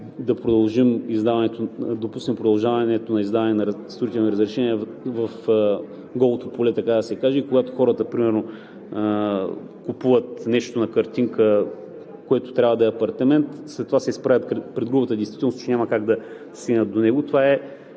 да допуснем продължаване на издаването на строителни разрешения в голото поле, така да се каже, когато хората примерно купуват нещо на картинка, което трябва да е апартамент, след това се изправят пред грубата действителност, че няма как да стигнат до него.